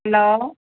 hello